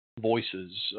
voices